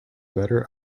better